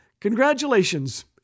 Congratulations